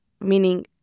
meaning